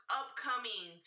upcoming